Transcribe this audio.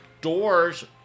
doors